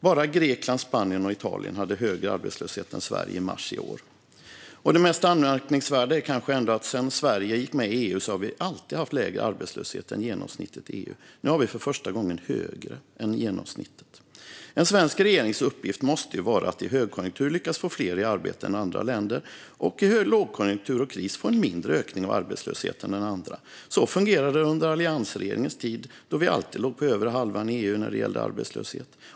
Bara Grekland, Spanien och Italien hade högre arbetslöshet än Sverige i mars i år. Det mest anmärkningsvärda är kanske ändå att sedan Sverige gick med i EU har vi alltid haft lägre arbetslöshet än genomsnittet i EU. Nu har vi för första gången högre arbetslöshet än genomsnittet. En svensk regerings uppgift måste vara att i högkonjunktur lyckas få fler i arbete än andra länder lyckas med och i lågkonjunktur och kris få en mindre ökning av arbetslösheten än andra. Så fungerade det under alliansregeringens tid, då Sverige alltid låg på övre halvan i EU när det gällde arbetslöshet.